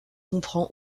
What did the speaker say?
comprend